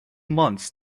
months